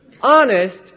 honest